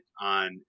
on